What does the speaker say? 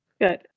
good